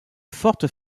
fortes